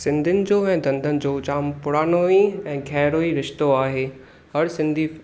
सिंधियुनि जो ऐं धंधनि जो जाम पुराणो ई ऐं गहरो ई रिश्तो आहे हर सिंधी